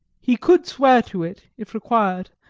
he could swear to it, if required,